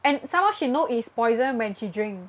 and some more she know is poison when she drink